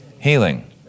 Healing